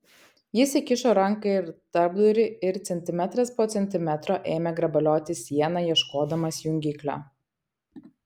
jis įkišo ranką į tarpdurį ir centimetras po centimetro ėmė grabalioti sieną ieškodamas jungiklio